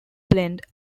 blend